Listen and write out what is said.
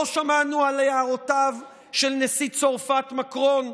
לא שמענו על הערותיו של נשיא צרפת מקרון?